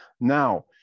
now